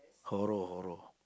horror horror